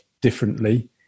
differently